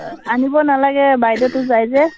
আনিব নালাগে বাইদেউটো যায় যে